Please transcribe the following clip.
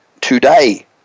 today